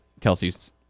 Kelsey's